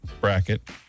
bracket